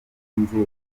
n’inzego